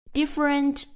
different